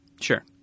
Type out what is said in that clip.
Sure